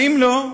ואם לא,